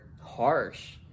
harsh